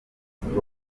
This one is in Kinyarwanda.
siporo